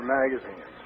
magazines